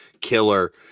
killer